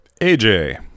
aj